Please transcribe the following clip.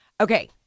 Okay